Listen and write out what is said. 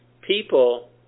People